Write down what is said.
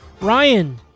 Ryan